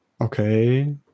Okay